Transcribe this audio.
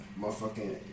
motherfucking